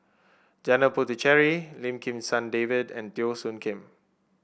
Janil Puthucheary Lim Kim San David and Teo Soon Kim